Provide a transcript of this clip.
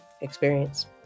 experience